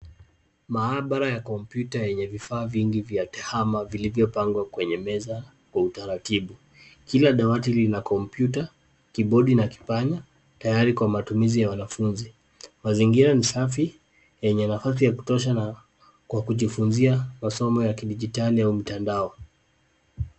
Maabara ya kompyuta yenye vifaa vingi vya kihama vilivyopangwa kwenye meza kwa utaratibu. Kila dawati lina kompyuta, kibodi na kipanya tayari kwa matumizi ya wanafunzi. Mazingira ni safi yenye nafasi ya kutosha na kwa kujifunzia masomo ya kidijitalia au mtandao.